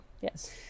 Yes